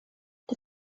the